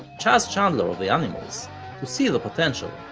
chas chandler of the animals, to see the potential,